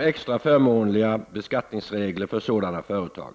extra förmånliga beskattningsregler för sådana företag.